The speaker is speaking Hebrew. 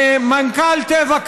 מנכ"ל טבע,